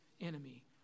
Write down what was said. enemy